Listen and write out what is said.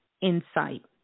insight